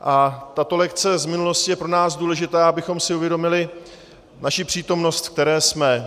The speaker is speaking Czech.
A tato lekce z minulosti je pro nás důležitá, abychom si uvědomili naši přítomnost, ve které jsme.